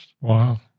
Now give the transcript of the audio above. Wow